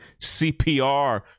CPR